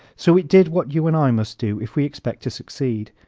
so it did what you and i must do if we expect to succeed.